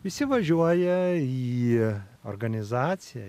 visi važiuoja į organizaciją